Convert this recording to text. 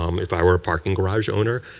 um if i were a parking garage owner,